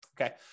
Okay